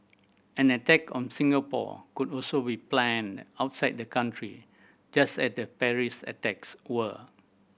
an attack on Singapore could also be planned outside the country just as the Paris attacks were